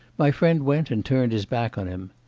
my friend went and turned his back on him.